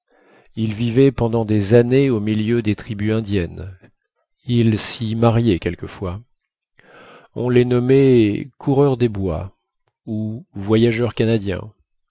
ils vivaient pendant des années au milieu des tribus indiennes ils s'y mariaient quelquefois on les nommait coureurs des bois ou voyageurs canadiens